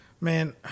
man